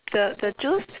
the the juice